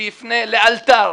שיפנה לאלתר